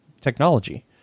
technology